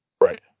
Right